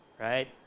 right